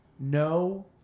no